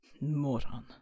Moron